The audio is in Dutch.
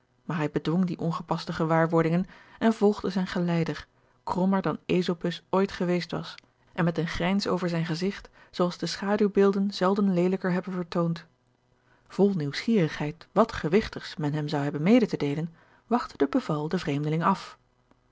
maar hij bedwong die ongepaste gewaarwordingen en volgde zijn geleider krommer dan esopus ooit geweest was en met eene grijns over zijn gezigt zoo als de schaduwbeelden zelden leelijker hebben vertoond vol nieuwsgierigheid wat gewigtigs men hem zou hebben mede te deelen wachtte de beval den vreemdeling af